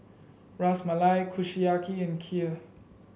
Ras Malai Kushiyaki and Kheer